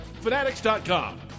Fanatics.com